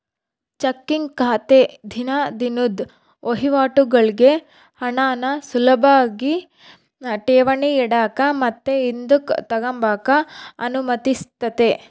checking ಖಾತೆ ದಿನ ದಿನುದ್ ವಹಿವಾಟುಗುಳ್ಗೆ ಹಣಾನ ಸುಲುಭಾಗಿ ಠೇವಣಿ ಇಡಾಕ ಮತ್ತೆ ಹಿಂದುಕ್ ತಗಂಬಕ ಅನುಮತಿಸ್ತತೆ